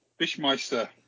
Bishmeister